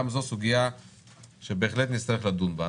גם זו סוגיה שבהחלט נצטרך לדון בה.